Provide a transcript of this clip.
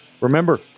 Remember